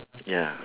ya